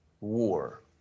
war